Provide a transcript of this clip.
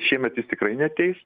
šiemet jis tikrai neateis